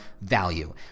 value